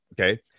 okay